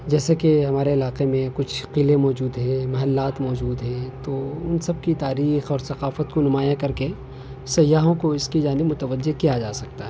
جیسا کہ ہمارے علاقے میں کچھ قلعے موجود ہیں محلات موجود ہیں تو ان سب کی تاریخ اور ثقافت کو نمایاں کر کے سیاحوں کو اس کی جانب متوجہ کیا جا سکتا ہے